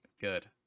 Good